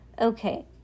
Okay